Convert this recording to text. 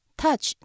touch